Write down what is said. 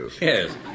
Yes